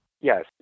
Yes